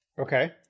Okay